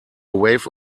wave